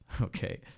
okay